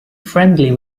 friendly